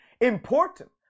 important